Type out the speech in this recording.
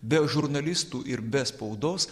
be žurnalistų ir be spaudos